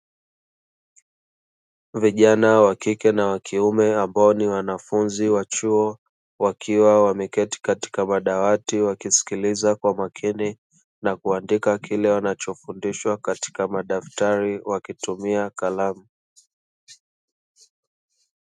Vijana wa kike na kiume ambao ni vijana wa chuo, wakiwa wameketi katika madawati wakisikiliza kwa makini, na kuandika kile wanachofundishwa katika madaftari wakitumia kalamu.